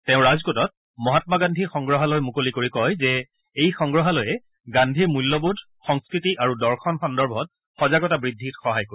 তেওঁ ৰাজকোটত মহাম্মা গান্ধী সংগ্ৰহালয়ে মুকলি কৰি কয় যে এই সংগ্ৰহালয়ে গান্ধীৰ মুল্যবোধ সংস্কৃতি আৰু দৰ্শন সন্দৰ্ভত সজাগতা বৃদ্ধিত সহায় কৰিব